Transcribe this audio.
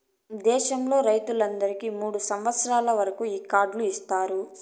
దేశంలో రైతులందరికీ మూడు సంవచ్చరాల వరకు ఈ కార్డు ఇత్తారు